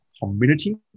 community